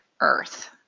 Earth